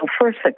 first